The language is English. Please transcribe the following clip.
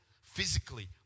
physically